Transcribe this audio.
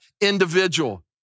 individual